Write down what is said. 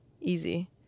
Easy